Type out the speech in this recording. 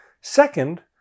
Second